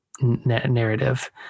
narrative